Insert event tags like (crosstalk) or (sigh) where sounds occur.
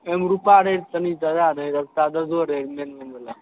एमे रुपा रहै तनी जादा रहै रऽ चारजरो रहै (unintelligible)